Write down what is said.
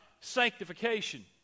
sanctification